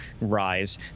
rise